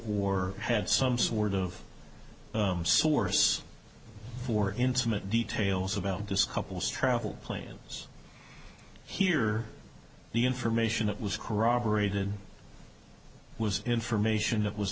wore had some sort of source for intimate details about this couple's travel plans here the information that was corroborated was information that was